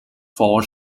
four